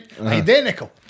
Identical